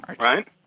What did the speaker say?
right